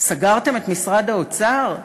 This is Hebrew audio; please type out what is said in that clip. סגרתם את משרד האוצר?